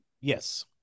Yes